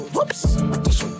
Whoops